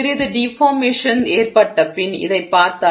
சிறிது டிஃபார்மேஷன் ஏற்பட்டபின் இதைப் பார்த்தால்